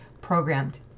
programmed